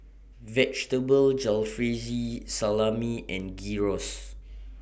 Vegetable Jalfrezi Salami and Gyros